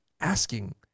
asking